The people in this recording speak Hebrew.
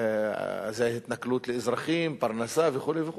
זה התנכלות לאזרחים, פרנסה וכו' וכו'.